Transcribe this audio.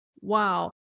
Wow